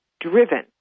driven